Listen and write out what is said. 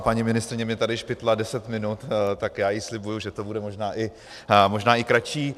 Paní ministryně mi tady špitla deset minut, tak já jí slibuji, že to bude možná i kratší.